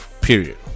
Period